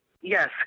Yes